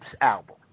album